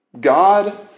God